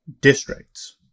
districts